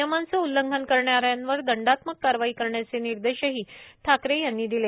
नियमांचे उल्लंघन करणाऱ्यांवर दंडात्मक कारवाई करण्याचे निर्देशही ठाकरे यांनी दिले